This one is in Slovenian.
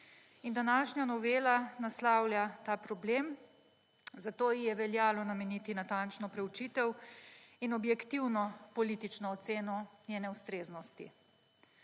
in današnja novela naslavlja ta problem, zato ji je veljalo nameniti natančno proučitev in objektivno politično oceno njene ustreznosti.